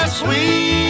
Sweet